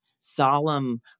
solemn